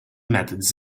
methods